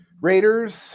Raiders